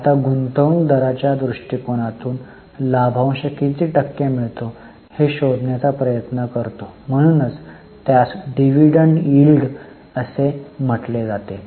आता गुंतवणूक दाराच्या कोनातून लाभांश किती टक्के मिळतो हे शोधण्याचा प्रयत्न करतो म्हणूनच त्यास डिव्हिडंड यील्ड असे म्हटले जाते